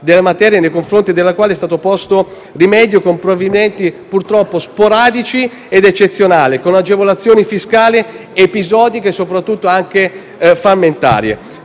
della materia, nei confronti della quale è stato posto rimedio con provvedimenti purtroppo sporadici ed eccezionali e con agevolazioni fiscali episodiche e soprattutto frammentarie.